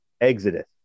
Exodus